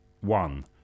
One